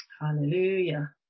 Hallelujah